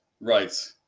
Right